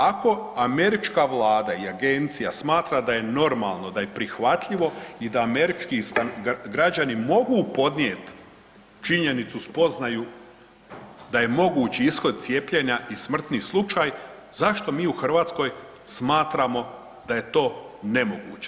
Ako američka Vlada i Agencija smatra da je normalno, da je prihvatljivo i da američki građani mogu podnijeti činjenicu, spoznaju da je moguć ishod cijepljenja i smrtni slučaj zašto mi u Hrvatskoj smatramo da je to nemoguće?